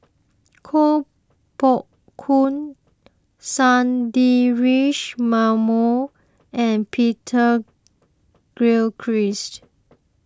Koh Poh Koon Sundaresh Menon and Peter Gilchrist